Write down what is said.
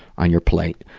on your plate.